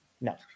no